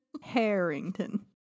Harrington